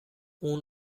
اون